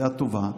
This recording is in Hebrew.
דעה טובה.